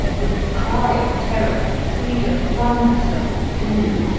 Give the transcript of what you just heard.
with a cry of terror, frida flung herself between them,